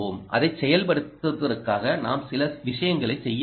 அதைச் செயல்படுத்துவதற்காக நாம் சில விஷயங்களைச் செய்ய வேண்டும்